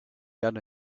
got